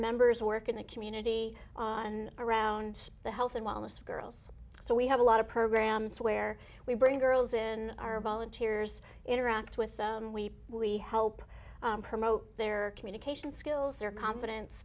members work in the community and around the health and wellness of girls so we have a lot of programs where we bring girls in our volunteers interact with them we really help promote their communication skills their confidence